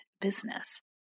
business